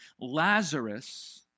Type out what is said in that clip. Lazarus